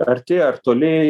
arti ar toli